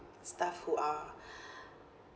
staff who are